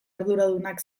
arduradunak